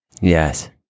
Yes